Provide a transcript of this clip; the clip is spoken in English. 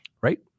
right